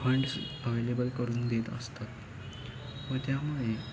funds available करून देत असतात व त्यामुळे